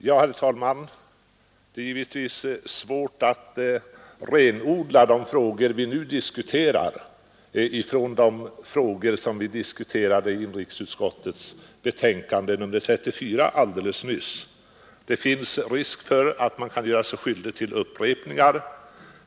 Herr talman! Det är givetvis svårt att renodla de frågor vi nu diskuterar ifrån de frågor vi diskuterade i inrikesutskottets betänkande nr 34 alldeles nyss. Det finns risk att göra sig skyldig till upprepningar.